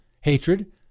hatred